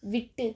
விட்டு